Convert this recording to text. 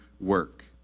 work